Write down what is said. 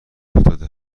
افتاده